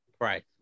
Right